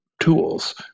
tools